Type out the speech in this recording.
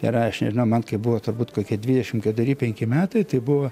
ir aš nežinau man kaip buvo turbūt kokia dvidešimt keturi penki metai tai buvo